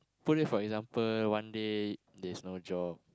put it for example one day there's no job